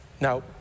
Now